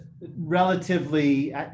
relatively